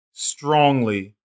strongly